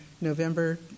November